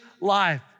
life